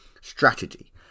strategy